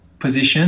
position